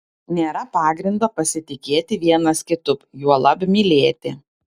nėra pagrindo pasitikėti vienas kitu juolab mylėti